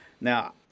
now